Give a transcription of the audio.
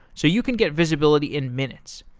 so you can get visibility in minutes.